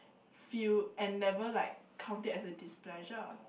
feel and never like count it as a displeasure